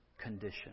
condition